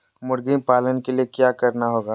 मुर्गी पालन के लिए क्या करना होगा?